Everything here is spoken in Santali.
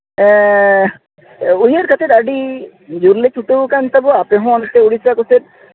ᱦᱮᱸ ᱩᱭᱦᱟᱹᱨ ᱠᱟᱛᱮᱫ ᱟᱹᱰᱤ ᱡᱳᱨ ᱞᱮ ᱪᱷᱩᱴᱟᱹᱣ ᱟᱠᱟᱱ ᱛᱟᱵᱚᱣᱟ ᱟᱯᱮ ᱦᱚᱸ ᱚᱱᱛᱮ ᱩᱲᱤᱥᱥᱟ ᱠᱚᱥᱮᱫ